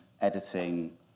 editing